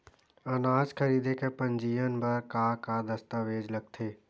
अनाज खरीदे के पंजीयन बर का का दस्तावेज लगथे?